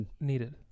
needed